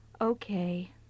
Okay